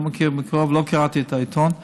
אני לא מכיר מקרוב, לא קראתי את העיתון.